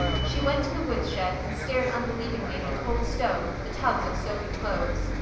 she went to the wood-shed and stared unbelievingly at the cold stove, the tubs of soaking clothes.